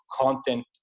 content